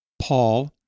Paul